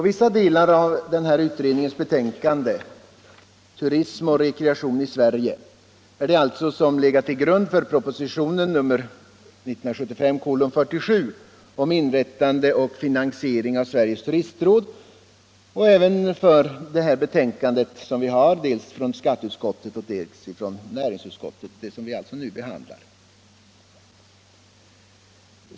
Vissa delar av utredningens betänkande ”Turism och rekreation i Sverige” har legat till grund för propositionen 1975:47 om inrättande av Sveriges turistråd och även för de betänkanden från skatteutskottet och näringsutskottet som vi nu behandlar.